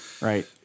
Right